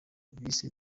bise